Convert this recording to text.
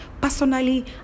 personally